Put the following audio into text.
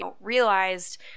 realized